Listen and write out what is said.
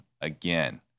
again